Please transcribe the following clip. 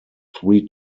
three